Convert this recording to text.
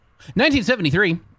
1973